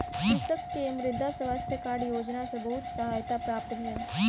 कृषक के मृदा स्वास्थ्य कार्ड योजना सॅ बहुत सहायता प्राप्त भेल